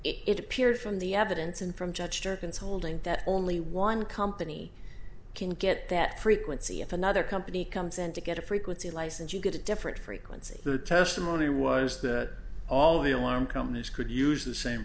it appears from the evidence and from judge stephens holding that only one company can get that frequency if another company comes in to get a frequency license you get a different frequency the testimony was that all the alarm companies could use the same